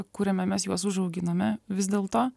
kuriame mes juos užauginame vis dėlto